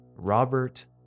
Robert